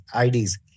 IDs